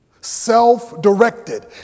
Self-directed